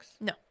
No